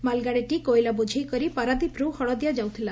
ମାଲଗାଡ଼ିଟି କୋଇଲା ବୋଝେଇ କରି ପାରାଦ୍ୱୀପରୁ ହଳଦିଆ ଯାଉଥିଲା